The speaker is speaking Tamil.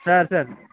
சரி சரி